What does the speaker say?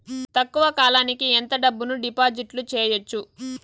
తక్కువ కాలానికి ఎంత డబ్బును డిపాజిట్లు చేయొచ్చు?